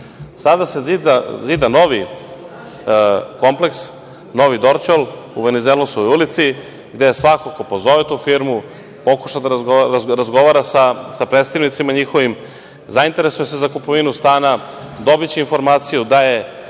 Sada se zida novi kompleks "Novi Dorćol" u Venizelosovoj ulici gde svako ko pozove tu firmu, pokuša da razgovara sa njihovim predstavnicima, zainteresuje se za kupovinu stana, dobiće informaciju da je